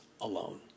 alone